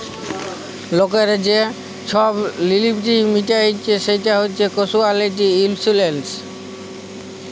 লকদের যে ছব লিয়াবিলিটি মিটাইচ্ছে সেট হছে ক্যাসুয়ালটি ইলসুরেলস